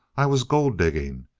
i was gold-digging!